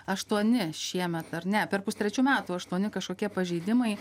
aštuoni šiemet ar ne per pustrečių metų aštuoni kažkokie pažeidimai